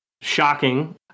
shocking